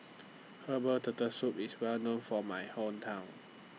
Herbal Turtle Soup IS Well known For My Hometown